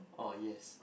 uh yes